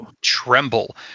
tremble